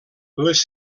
les